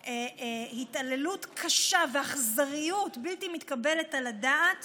התעללות קשה ואכזריות בלתי מתקבלת על הדעת